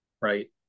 right